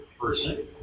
person